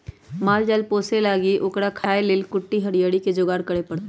माल जाल पोशे लागी ओकरा खाय् लेल कुट्टी हरियरी कें जोगार करे परत